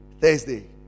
Thursday